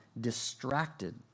distracted